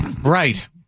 Right